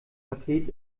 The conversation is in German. paket